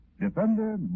Defender